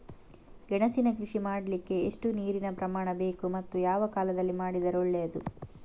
ಗೆಣಸಿನ ಕೃಷಿ ಮಾಡಲಿಕ್ಕೆ ಎಷ್ಟು ನೀರಿನ ಪ್ರಮಾಣ ಬೇಕು ಮತ್ತು ಯಾವ ಕಾಲದಲ್ಲಿ ಮಾಡಿದರೆ ಒಳ್ಳೆಯದು?